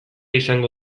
izango